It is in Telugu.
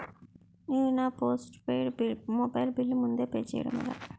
నేను నా పోస్టుపైడ్ మొబైల్ బిల్ ముందే పే చేయడం ఎలా?